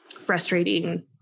frustrating